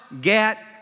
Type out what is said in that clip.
get